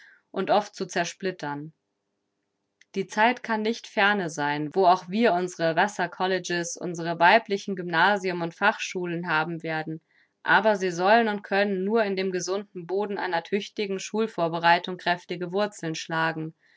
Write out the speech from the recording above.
und oft zu zersplittern die zeit kann nicht ferne sein wo auch wir unsere vassar colleges unsre weiblichen gymnasien und fachschulen haben werden aber sie sollen und können nur in dem gesunden boden einer tüchtigen schulvorbereitung kräftige wurzeln schlagen